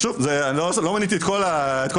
שוב, אני לא מניתי את כל הרכיבים.